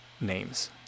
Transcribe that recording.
names